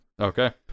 Okay